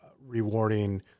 rewarding